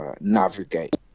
Navigate